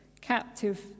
captive